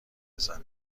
بزنه